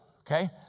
Okay